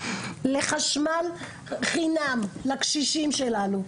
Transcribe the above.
שתאפשר חשמל בחינם לקשישים שלנו.